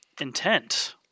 intent